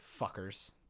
Fuckers